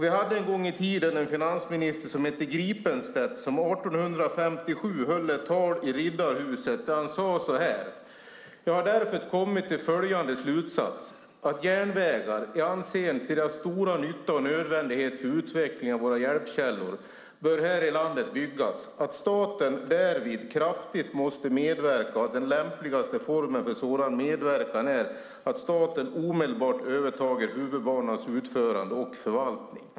Vi hade en gång i tiden en finansminister som hette Gripenstedt som 1857 höll ett tal i Riddarhuset där han sade så här: "Jag har derför kommit till följande slutsatser: att jernvägar, i anseende till deras stora nytta och nödvändighet för utvecklingen af våra hjelpkällor, böra här i landet byggas; att staten dervid kraftigt måste medverka; och att den lämpligaste formen för en sådan medverkan är, att staten omedelbart öfvertager hufvudbanornas utförande och förvaltning."